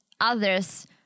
others